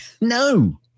No